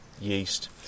yeast